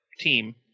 team